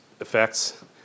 effects